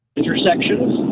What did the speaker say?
intersections